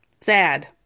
Sad